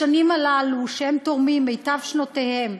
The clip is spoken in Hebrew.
השנים הללו, שהם תורמים, מיטב שנותיהם,